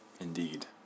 Indeed